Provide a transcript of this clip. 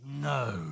No